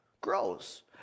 grows